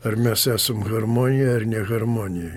ar mes esam harmonija ar ne harmonija